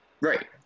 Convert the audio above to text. Right